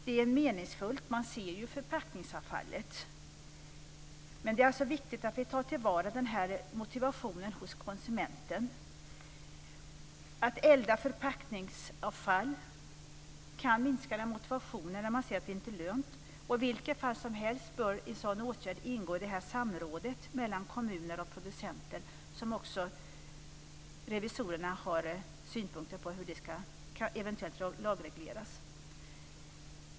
Det är meningsfullt - det går att se förpackningsavfallet. Men det är viktigt att ta till vara motivationen hos konsumenten. Eldandet av förpackningsavfall kan minska motivationen när det framgår att det inte lönar sig. I en sådan åtgärd bör ingå samrådet mellan kommuner och producenter. Även revisorerna har synpunkter på hur det ska lagregleras.